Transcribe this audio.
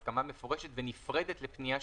על הסכמה מפורשת ונפרדת לפניה שיווקית.